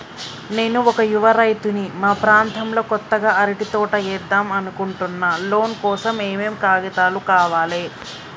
నేను ఒక యువ రైతుని మా ప్రాంతంలో కొత్తగా అరటి తోట ఏద్దం అనుకుంటున్నా లోన్ కోసం ఏం ఏం కాగితాలు కావాలే?